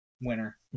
winner